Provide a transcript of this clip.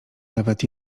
nawet